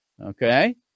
okay